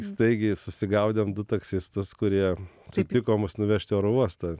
staigiai susigaudėm du taksistus kurie sutiko mus nuvežt į oro uostą